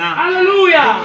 hallelujah